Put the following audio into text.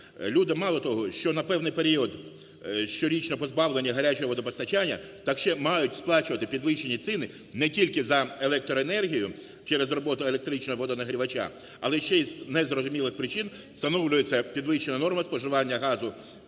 люди мало того, що на певний період щорічно позбавлені гарячого водопостачання, так ще мають сплачувати підвищенні ціни не тільки за електроенергію через роботу електричного водонагрівача, але ще із незрозумілих причин встановлюється підвищена норма споживання газу